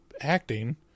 acting